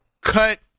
cut